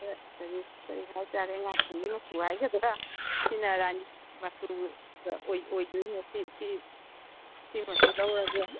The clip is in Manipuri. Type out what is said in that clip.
ꯈꯔ ꯀꯔꯤ ꯍꯥꯏꯇꯥꯔꯦ ꯉꯥ ꯊꯣꯡꯕꯤ ꯃꯆꯨ ꯍꯥꯏꯒꯗ꯭ꯔ ꯁꯤꯅ ꯔꯥꯅꯤ ꯃꯆꯨꯒ ꯑꯣꯏꯗꯣꯏꯅꯦ ꯁꯤ ꯁꯤꯃꯁꯨ ꯂꯧꯔꯒꯦ